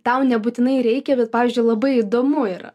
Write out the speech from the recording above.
tau nebūtinai reikia bet pavyzdžiui labai įdomu yra